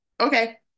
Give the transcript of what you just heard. Okay